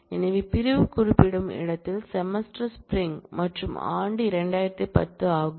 எனவே பிரிவு குறிப்பிடும் இடத்தில் செமஸ்டர் ஸ்ப்ரிங் மற்றும் ஆண்டு 2010 ஆகும்